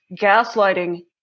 gaslighting